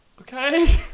Okay